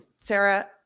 sarah